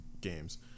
Games